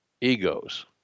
egos